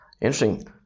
Interesting